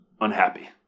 unhappy